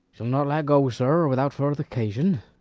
chill not let go, zir, without vurther casion.